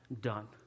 done